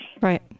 Right